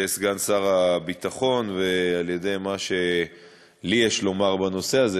סגן שר הביטחון ובין מה שלי יש לומר בנושא הזה,